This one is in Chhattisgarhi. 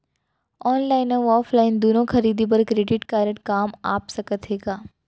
ऑनलाइन अऊ ऑफलाइन दूनो खरीदी बर क्रेडिट कारड काम आप सकत हे का?